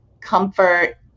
comfort